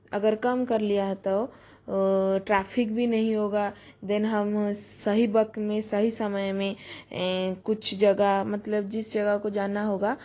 अगर कम कर लिया है तो ट्राफ़िक भी नहीं होगा देन हम सही वक्त में सही समय में कुछ जगह मतलब जिस जगह को जाना होगा